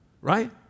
right